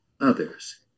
others